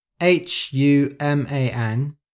H-U-M-A-N